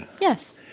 Yes